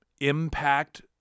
impact